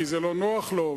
כי זה לא נוח לו,